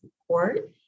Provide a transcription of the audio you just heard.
support